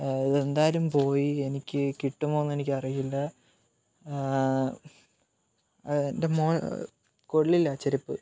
എന്തായാലും പോയി എനിക്ക് കിട്ടുമോ എന്ന് എനിക്കറിയില്ല എന്റെ കൊളളില്ല ചെരിപ്പ്